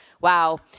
Wow